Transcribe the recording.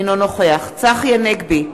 אינו נוכח צחי הנגבי,